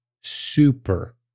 super